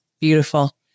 Beautiful